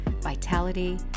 vitality